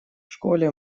школе